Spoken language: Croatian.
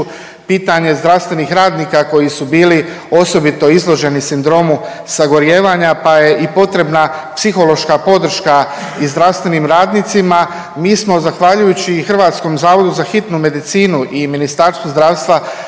pitanje zdravstvenih radnika koji su bili osobito izloženi sindromu sagorijevanja pa je i potrebna psihološka podrška i zdravstvenim radnicima. Mi smo zahvaljujući i Hrvatskom zavodu za hitnu medicinu i Ministarstvu zdravstva